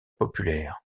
populaire